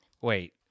Wait